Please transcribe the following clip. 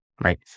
right